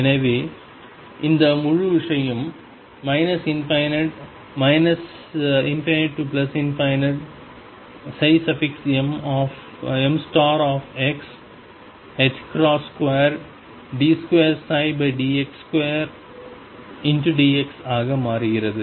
எனவே இந்த முழு விஷயம் ∞mx 2d2dx2dxஆக மாறுகிறது